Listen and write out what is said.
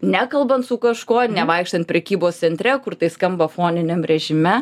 nekalbant su kažkuo nevaikštant prekybos centre kur tai skamba foniniam režime